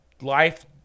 life